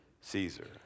Caesar